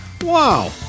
Wow